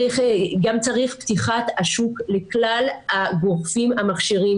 גם צריך פתיחת השוק לכלל הגופים המכשירים